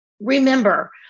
Remember